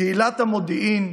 קהילת המודיעין,